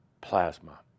Plasma